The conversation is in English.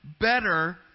better